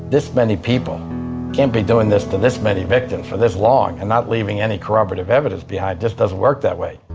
this many people can't be doing this to this many victims for this long, and not leaving any corroborative evidence behind. just doesn't work that way.